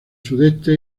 sudeste